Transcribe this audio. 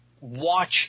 watch